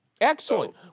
Excellent